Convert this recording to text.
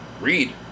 Read